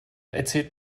erzählt